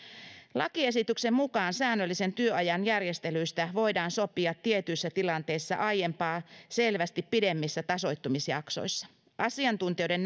lakiesityksen mukaan säännöllisen työajan järjestelyistä voidaan sopia tietyissä tilanteissa aiempaa selvästi pidemmissä tasoittumisjaksoissa asiantuntijoiden